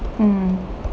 mm